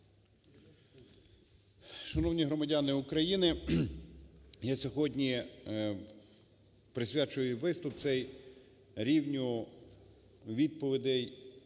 Шановні громадяни України! Я сьогодні присвячую виступ цей рівню відповідей